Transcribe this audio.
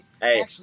Hey